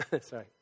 Sorry